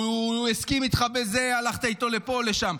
הוא הסכים איתך בזה, הלכת איתו לפה, לשם.